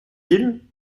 ils